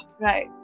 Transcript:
right